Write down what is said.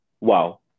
wow